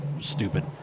stupid